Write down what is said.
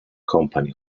company